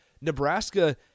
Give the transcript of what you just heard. Nebraska